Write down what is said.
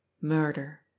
Murder